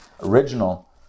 original